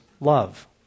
love